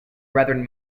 brethren